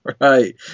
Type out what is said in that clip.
right